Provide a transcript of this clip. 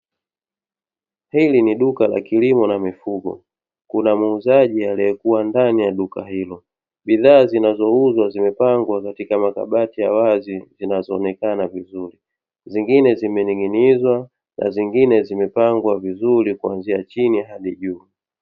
Hili ni duka la kilimo la mifugo, kuna muuzaji aliyekuwa ndani ya duka hilo bidhaa zinazo uzwa katika makabati ya wazi zinazo onekana vizuri, zinazo zingine zimening'inizwa na zingine zimepangwa vizuri kutoka chini hadi juu.